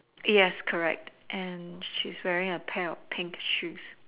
yes correct and she's wearing a pair of pink shoes